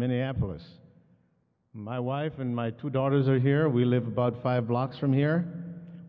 minneapolis my wife and my two daughters are here we live about five blocks from here